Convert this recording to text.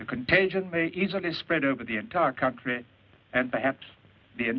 the contagion easily spread over the entire country and perhaps the